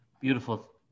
Beautiful